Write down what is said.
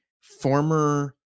former